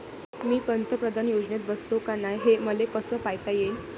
मी पंतप्रधान योजनेत बसतो का नाय, हे मले कस पायता येईन?